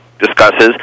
discusses